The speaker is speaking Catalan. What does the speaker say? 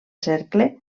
cercle